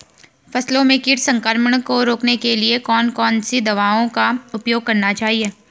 फसलों में कीट संक्रमण को रोकने के लिए कौन कौन सी दवाओं का उपयोग करना चाहिए?